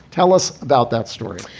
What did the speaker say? tell us about that story,